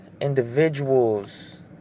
individuals